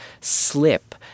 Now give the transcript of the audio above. slip